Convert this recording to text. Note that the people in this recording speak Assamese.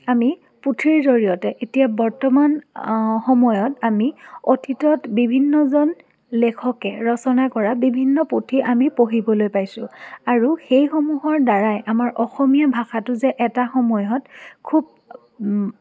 আমি পুথিৰ জৰিয়তে এতিয়া বৰ্তমান সময়ত আমি অতীতত বিভিন্নজন লেখকে ৰচনা কৰা বিভিন্ন পুথি আমি পঢ়িবলৈ পাইছোঁ আৰু সেইসমূহৰ দ্বাৰাই আমাৰ অসমীয়া ভাষাটো যে এটা সময়ত খুব